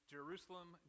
Jerusalem